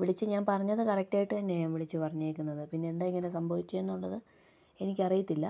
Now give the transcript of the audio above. വിളിച്ച് ഞാൻ പറഞ്ഞത് കറക്റ്റായിട്ടു തന്നെയാണ് ഞാന് വിളിച്ചു പറഞ്ഞിരിക്കുന്നത് പിന്നെ എന്താ ഇങ്ങനെ സംഭവിച്ചേ എന്നുള്ളത് എനിക്കറിയത്തില്ല